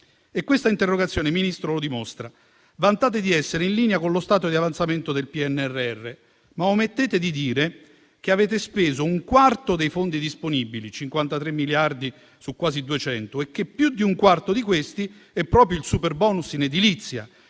Questa interrogazione, signor Ministro, lo dimostra. Vantate di essere in linea con lo stato di avanzamento del PNRR, ma omettete di dire che avete speso un quarto dei fondi disponibili (53 miliardi su quasi 200) e che più di un quarto di questi è proprio il *superbonus* in edilizia.